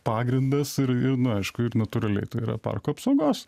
pagrindas ir ir nu aišku ir natūraliai tai yra parko apsaugos